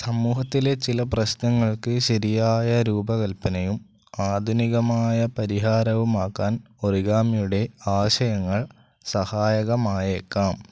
സമൂഹത്തിലെ ചില പ്രശ്നങ്ങൾക്ക് ശരിയായ രൂപകൽപനയും ആധുനികമായ പരിഹാരവുമാക്കാൻ ഒറിഗാമിയുടെ ആശയങ്ങൾ സഹായകമായേക്കാം